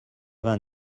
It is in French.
vingt